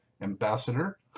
Ambassador